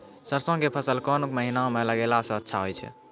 सरसों के फसल कोन महिना म लगैला सऽ अच्छा होय छै?